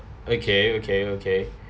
okay okay okay